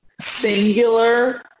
singular